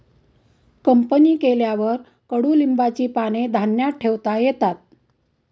company केल्यावर कडुलिंबाची पाने धान्यात ठेवता येतात